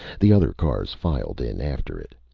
the other cars filed in after it,